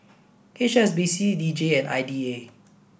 H S B C D J and I D A